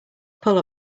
pull